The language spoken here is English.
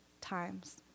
times